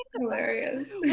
hilarious